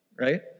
Right